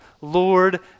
Lord